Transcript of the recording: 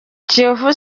kiyovu